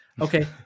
Okay